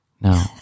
No